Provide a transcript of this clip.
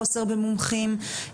חוסר במומחים,